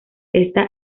esta